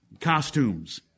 Costumes